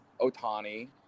Otani